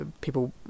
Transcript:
people